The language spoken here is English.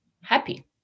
happy